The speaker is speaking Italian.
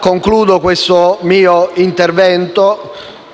Concludo il mio intervento